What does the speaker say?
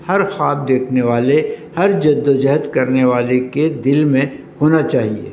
ہر خواب دیکھنے والے ہر جد وجہد کرنے والے کے دل میں ہونا چاہیے